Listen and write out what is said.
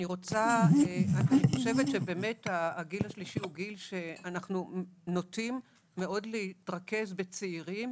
אני חושבת שבאמת הגיל השלישי הוא גיל שאנחנו נוטים מאוד להתרכז בצעירים,